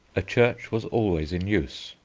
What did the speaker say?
a church was always in use.